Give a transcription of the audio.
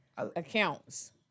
Accounts